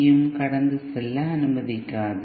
யையும் கடந்து செல்ல அனுமதிக்காது